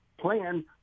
plan